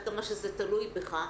עד כמה שזה תלוי בך,